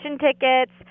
tickets